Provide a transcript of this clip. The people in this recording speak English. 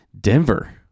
Denver